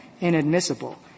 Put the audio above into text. inadmissible